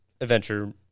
adventure